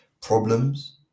problems